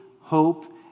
hope